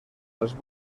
els